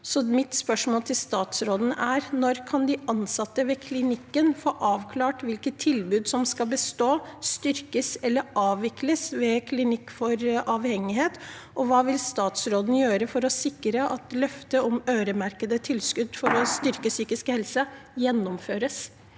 Mine spørsmål til statsråden er: Når kan de ansatte ved klinikken få avklart hvilke tilbud som skal bestå, styrkes eller avvikles ved Klinikk psykisk helse og avhengighet? Og hva vil statsråden gjøre for å sikre at løftet om øremerkede tilskudd for å styrke psykisk helse gjennomføres?